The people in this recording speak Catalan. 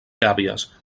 gàbies